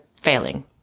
failing